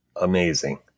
amazing